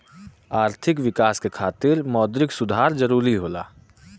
आर्थिक विकास क खातिर मौद्रिक सुधार जरुरी होला